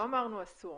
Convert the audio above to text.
לא אמרנו: אסור.